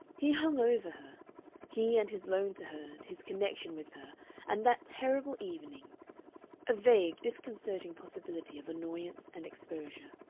he hung over her he and his loan to her and his connection with her and that terrible evening a vague, disconcerting possibility of annoyance and exposure.